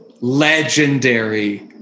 legendary